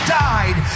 died